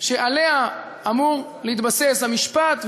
שעליה אמור להתבסס המשפט,